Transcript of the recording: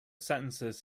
sentences